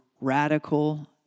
radical